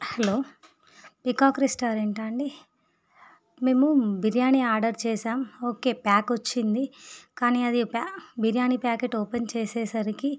hello peacock రెస్టారెంటా అండీ మేము బిర్యానీ ఆర్డర్ చేసాం ఓకే ప్యాక్ వచ్చింది కానీ అది ప్యా బిర్యానీ ప్యాకెట్ ఓపెన్ చేసేసరికి